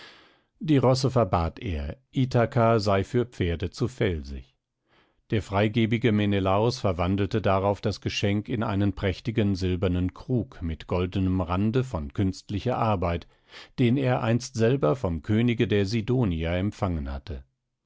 die rosse verbat er ithaka sei für pferde zu felsig der freigebige menelaos verwandelte darauf das geschenk in einen prächtigen silbernen krug mit goldenem rande von künstlicher arbeit den er einst selber vom könige der sidonier empfangen hatte